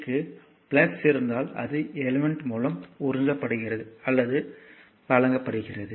p க்கு இருந்தால் அது எலிமெண்ட் மூலம் உறிஞ்சப்படுகிறது அல்லது வழங்கப்படுகிறது